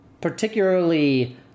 particularly